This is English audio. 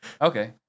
Okay